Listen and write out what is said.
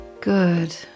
Good